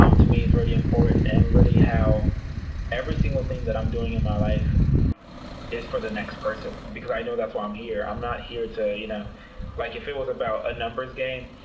um to me, is really important and really how every single thing that i'm doing in my life is for the next person, because i know that's why i'm here. i'm not here to, you know like if it was about a numbers game,